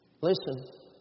listen